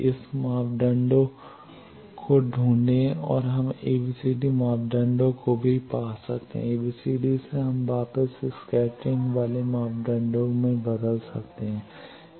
S मापदंडों को ढूंढें और हम एबीसीडी मापदंडों को भी पा सकते हैं और एबीसीडी से हम वापस स्कैटरिंग वाले मापदंडों में बदल सकते हैं